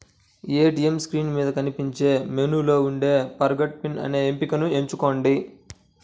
ATM screen మీద కనిపించే మెనూలో ఉండే ఫర్గాట్ పిన్ అనే ఎంపికను ఎంచుకోండి